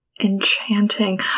Enchanting